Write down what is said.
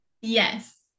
yes